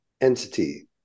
entity